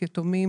יתומים,